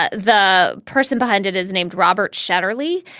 ah the person behind it is named robert shetterly.